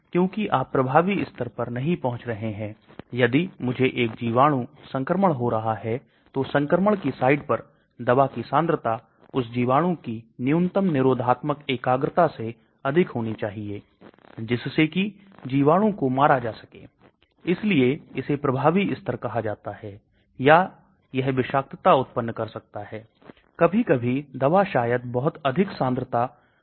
यदि आप Caffeine के प्रसार को देखते हैं तो यह बहुत बहुत कम है कि क्या यह अम्लीय है या यह छारीय है और मिर्गी और न्यूरोपैथिक दर्द के लिए Carbamazepine के साथ एक ही बात है यह एक बड़ी संख्या है लेकिन pH इसी के साथ ज्यादा नहीं बदलता है